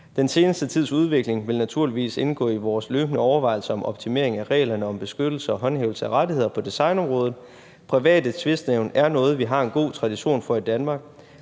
Den seneste tids udvikling vil naturligvis indgå i vores løbende overvejelser om optimering af reglerne om beskyttelse af håndhævelse af rettigheder på designområdet. Private tvistnævn er noget, vi har en god tradition for i Danmark,